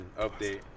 update